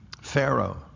Pharaoh